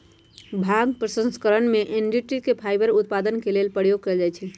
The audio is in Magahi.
भांग प्रसंस्करण में डनटी के फाइबर उत्पादन के लेल प्रयोग कयल जाइ छइ